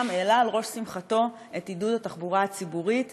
ראש שמחתו את עידוד התחבורה הציבורית,